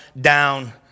down